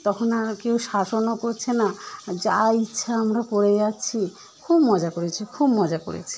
তখন আর কেউ শাসনও করছে না যা ইচ্ছা আমরা করে যাচ্ছি খুব মজা করেছি খুব মজা করেছি